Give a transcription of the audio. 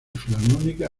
filarmónica